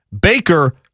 Baker